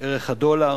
ערך הדולר,